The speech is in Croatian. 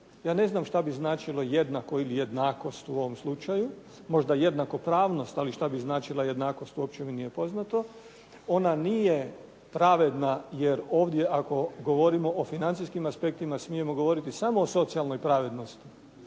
Ja ne znam što bi značilo jednako ili jednakost u ovom slučaju, možda jednakopravnost ali šta bi značila jednakost uopće mi nije poznato. Ona nije pravedna jer ovdje ako govorimo o financijskim aspektima smijemo govoriti samo o socijalnoj pravednosti.